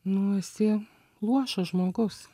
nu esi luošas žmogus